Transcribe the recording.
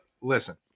Listen